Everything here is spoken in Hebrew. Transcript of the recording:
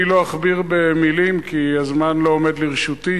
אני לא אכביר מלים, כי הזמן לא עומד לרשותי.